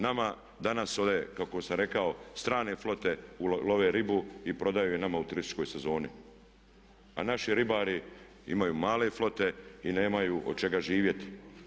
Nama danas kako sam rekao strane flote love ribu i prodaju je nama u turističkoj sezoni a naši ribari imaju male flote i nemaju od čega živjeti.